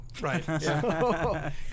Right